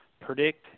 predict